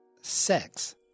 Sex